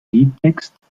liedtext